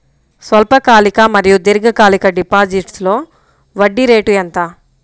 స్వల్పకాలిక మరియు దీర్ఘకాలిక డిపోజిట్స్లో వడ్డీ రేటు ఎంత?